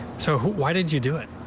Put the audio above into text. so why did you do it.